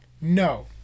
No